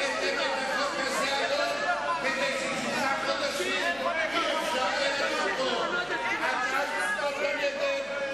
אתם רוצים ליצור רושם על הציבור כאילו אתם הולכים לפתור בעיה.